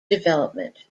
development